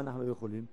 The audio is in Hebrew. מה אנחנו לא יכולים,